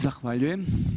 Zahvaljujem.